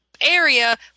area